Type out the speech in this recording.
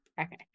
Okay